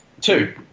two